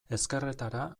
ezkerretara